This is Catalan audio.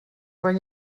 quan